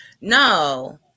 No